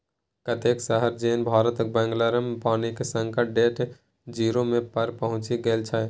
कतेको शहर जेना भारतक बंगलौरमे पानिक संकट डे जीरो पर पहुँचि गेल छै